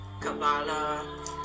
Kabbalah